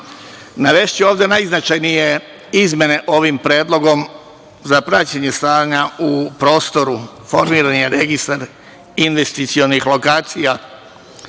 posla. Navešću ovde najznačajnije izmene ovim predlogom za praćenje stanja u prostoru. Formiran je registar investicionih lokacija.